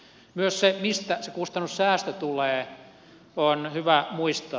myös se mistä se kustannussäästö tulee on hyvä muistaa